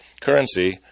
currency